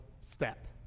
step